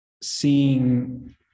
seeing